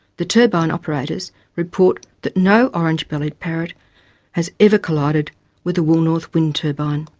the turbine operators report that no orange-bellied parrot has ever collided with a woolnorth wind turbine.